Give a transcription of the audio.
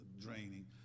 draining